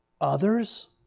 others